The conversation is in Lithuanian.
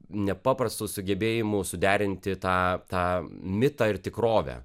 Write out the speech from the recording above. nepaprastu sugebėjimu suderinti tą tą mitą ir tikrovę